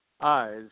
Eyes